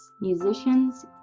musicians